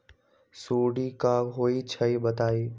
सुडी क होई छई बताई?